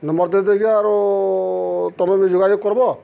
number ଦେଇ ଦେଇକି ଆରୁ ତମେ ବି ଯୋଗାଯୋଗ କରବ